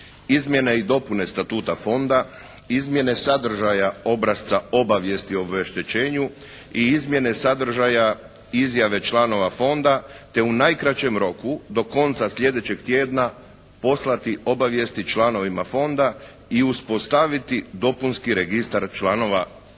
izmjene i dopune Statuta fonda, izmjene sadržaja obrasca obavijesti o obeštećenju i izmjene sadržaja izjave članova fonda, te u najkraćem roku do konca slijedećeg tjedna poslati obavijesti članovima fonda i uspostaviti dopunski registar članova fonda,